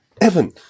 Evan